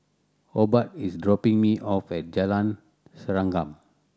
Obed is dropping me off at Jalan Serengam